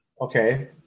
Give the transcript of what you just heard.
okay